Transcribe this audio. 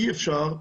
אי אפשר,